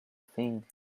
thing